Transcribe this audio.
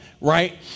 right